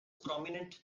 prominent